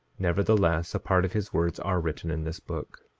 nevertheless a part of his words are written in this book.